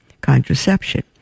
contraception